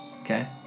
Okay